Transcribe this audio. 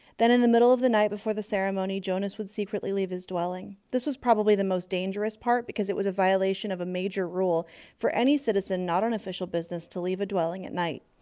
then, in the middle of the night before the ceremony, jonas would secretly leave his dwelling. this was probably the most dangerous part, because it was a violation of a major rule for any citizen not on official business to leave a dwelling at night.